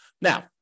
now